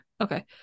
Okay